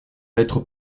être